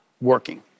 working